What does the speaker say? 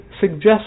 suggest